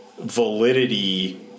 validity